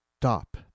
stop